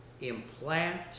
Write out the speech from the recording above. implant